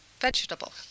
vegetable